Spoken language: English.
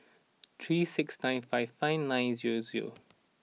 three six nine five five nine zero zero